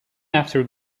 after